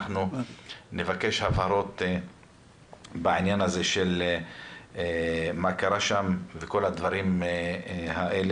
אנחנו נבקש הבהרות בעניין הזה של מה שקרה שם וכל הדברים האלה.